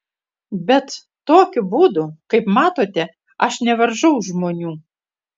bet tokiu būdu kaip matote aš nevaržau žmonių